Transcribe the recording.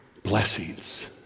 blessings